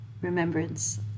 remembrance